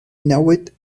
newid